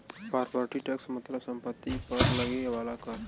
property tax मतलब सम्पति पर लगे वाला कर